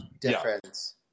difference